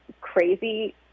crazy